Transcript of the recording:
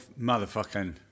motherfucking